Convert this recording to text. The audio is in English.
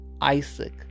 Isaac